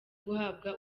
guhabwa